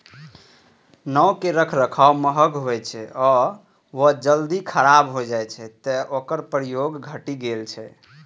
नाव के रखरखाव महग होइ छै आ ओ जल्दी खराब भए जाइ छै, तें ओकर प्रयोग घटि गेल छै